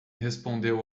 respondeu